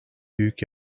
büyük